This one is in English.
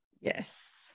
yes